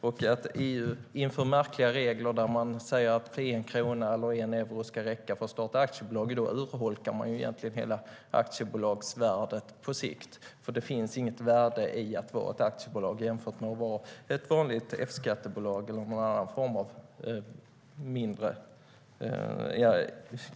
Om EU inför märkliga regler, där man säger att 1 krona eller 1 euro ska räcka för att starta aktiebolag, urholkar man egentligen hela aktiebolagsvärdet på sikt. Det finns nämligen inget värde i att vara ett aktiebolag jämfört med att vara ett vanligt F-skattebolag eller någon annan form av mindre bolag.